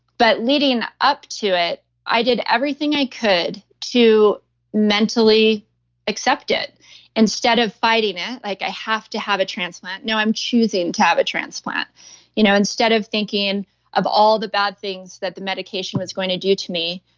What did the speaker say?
but leading up to it, i did everything i could to mentally accept it instead of fighting it. like i have to have a transplant. no, i'm choosing to have a transplant you know instead of thinking of all the bad things that the medication was going to do to me,